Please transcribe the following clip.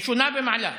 ראשונה במעלה,